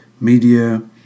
media